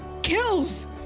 Kills